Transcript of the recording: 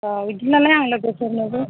औ बिदिब्लालाय आं लोगोफोरनोबो